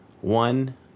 one